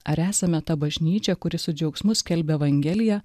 ar esame ta bažnyčia kuri su džiaugsmu skelbia evangeliją